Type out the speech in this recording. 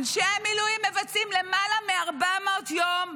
אנשי המילואים מבצעים למעלה מ-400 יום,